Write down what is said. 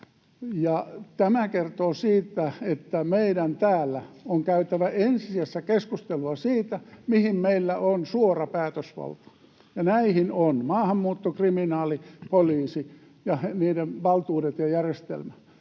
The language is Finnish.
Tämä kertoo siitä, että meidän täällä on käytävä ensi sijassa keskustelua siitä, mihin meillä on suora päätösvalta, ja näihin on — maahanmuutto, kriminaali, poliisi ja niiden valtuudet ja järjestelmä.